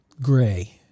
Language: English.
gray